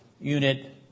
unit